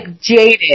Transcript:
jaded